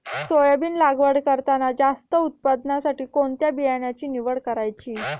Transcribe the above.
Soybean लागवड करताना जास्त उत्पादनासाठी कोणत्या बियाण्याची निवड करायची?